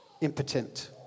impotent